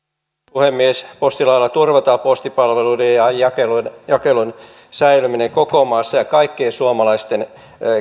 puhemies postilailla turvataan postipalveluiden ja jakelun jakelun säilyminen koko maassa ja kaikkien suomalaisten